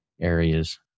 areas